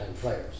players